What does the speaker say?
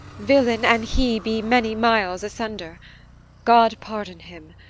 villain and he be many miles asunder god pardon him!